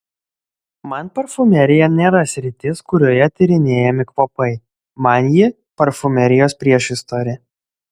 man parfumerija nėra sritis kurioje tyrinėjami kvapai man ji parfumerijos priešistorė